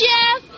Jeff